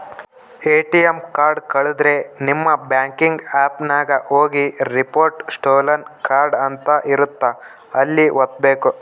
ATM card ಕಳುದ್ರೆ ನಿಮ್ banking app ನಾಗ ಹೋಗಿ ರಿಪೋರ್ಟ್ ಸ್ಟೋಲನ್ ಕಾರ್ಡ್ ಅಂತ ಇರುತ್ತ ಅಲ್ಲಿ ವತ್ತ್ಬೆಕು